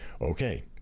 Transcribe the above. Okay